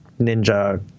ninja